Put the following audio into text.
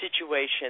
situation